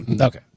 Okay